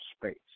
space